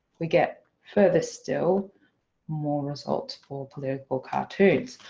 we get further still more results for political cartoons.